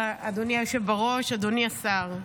אדוני היושב בראש, אדוני השר,